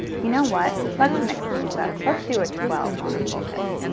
you know what, let's mix things up. let's do a twelve on the full hip,